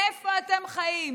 איפה אתם חיים?